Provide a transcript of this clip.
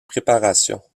préparation